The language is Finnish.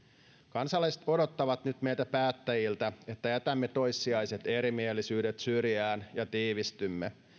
kansalaiset odottavat nyt meiltä päättäjiltä että jätämme toissijaiset erimielisyydet syrjään ja tiivistymme